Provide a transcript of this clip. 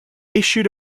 issued